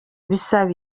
bisaba